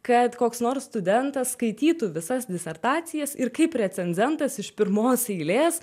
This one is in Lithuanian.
kad koks nors studentas skaitytų visas disertacijas ir kaip recenzentas iš pirmos eilės